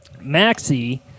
Maxi